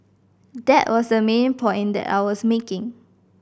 that was the main point that I was making